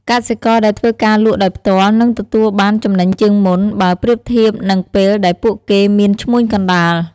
កសិករដែលធ្វើការលក់ដោយផ្ទាល់នឹងទទួលបានចំណេញជាងមុន បើប្រៀបធៀបនឹងពេលដែលពួកគេមានឈ្មួញកណ្ដាល។